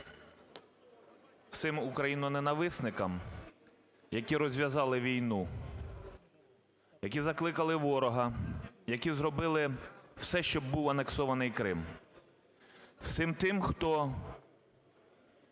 Всім україноненависникам, які розв'язали війну, які закликали ворога, які зробили все, щоб був анексований Крим, всім тим, хто